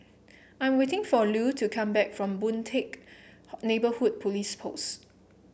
I am waiting for Lue to come back from Boon Teck Neighbourhood Police Post